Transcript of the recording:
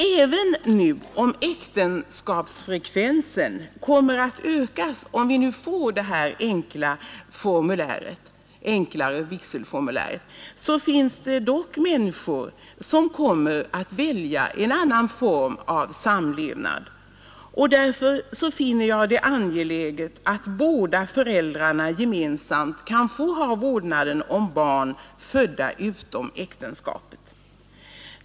Även om äktenskapsfrekvensen kommer att öka, om vi får detta enklare vigselformulär, finns det dock människor som kommer att välja en annan form av samlevnad. Därför finner jag det angeläget att båda föräldrarna gemensamt kan få ha vårdnaden om barn födda utom äktenskapet.